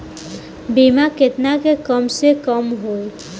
बीमा केतना के कम से कम होई?